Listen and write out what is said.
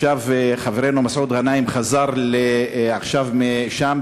חברנו מסעוד גנאים חזר עכשיו משם,